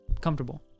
comfortable